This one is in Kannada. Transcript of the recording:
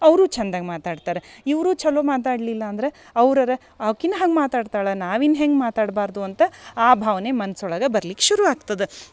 ಅವರು ಚಂದಗೆ ಮಾತಾಡ್ತರ ಇವರು ಛಲೋ ಮಾತಾಡಲಿಲ್ಲ ಅಂದ್ರೆ ಅವ್ರರ ಆಕಿನ ಹಂಗೆ ಮಾತಾಡ್ತಳ ನಾವಿನ ಹೆಂಗೆ ಮಾತಾಡ್ಬಾರದು ಅಂತ ಆ ಭಾವನೆ ಮನ್ಸು ಒಳಗೆ ಬರ್ಲಿಕ್ಕೆ ಶುರುವಾಗ್ತದೆ